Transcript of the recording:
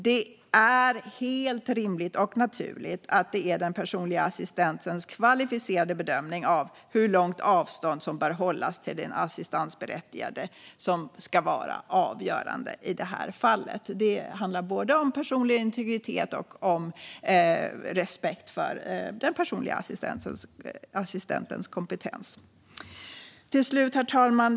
Det är helt rimligt och naturligt att det är den personliga assistentens kvalificerade bedömning av hur långt avstånd som bör hållas till den assistansberättigade som ska vara avgörande i det här fallet. Det handlar både om personlig integritet och om respekt för den personliga assistentens kompetens. Herr talman!